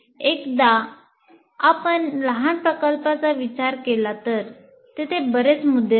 एकदा आपण लहान प्रकल्पाचा विचार केला तर तेथे बरेच मुद्दे असतात